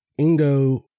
Ingo